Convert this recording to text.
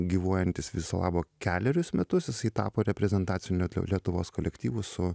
gyvuojantis viso labo kelerius metus jisai tapo reprezentaciniu lietuvos kolektyvu su